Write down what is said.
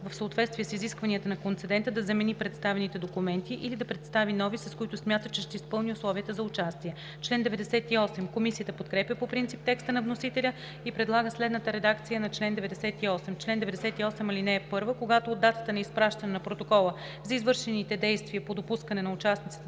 в съответствие с изискванията на концедента да замени представени документи или да представи нови, с които смята, че ще изпълни условията за участие.“ Комисията подкрепя по принцип текста на вносителя и предлага следната редакция на чл. 98: „Чл. 98. (1) Когато от датата на изпращане на протокола за извършените действия по допускане на участниците